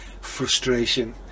frustration